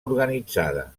organitzada